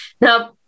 Now